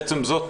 בעצם זאת,